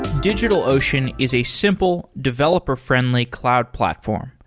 digitalocean is a simple, developer friendly cloud platform.